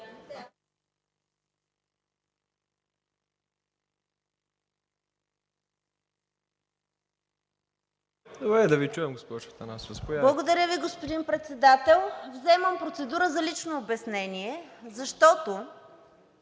Благодаря Ви, господин Председател. Взимам процедура за лично обяснение, защото